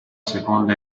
seconda